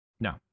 No